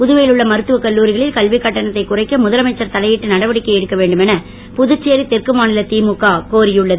புதுவையில் உள்ள மருத்துவக் கல்லூரிகளில் கல்வி கட்டணத்தை குறைக்க முதலமைச்சர் தலையிட்டு நடவடிக்கை எடுக்க வேண்டும் என புதுச்சேரி தெற்கு மாநில திமுக கோரியுள்ளது